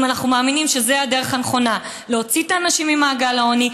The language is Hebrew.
כי הם מוציאים אנשים ממעגל העוני,